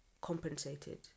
compensated